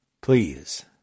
Please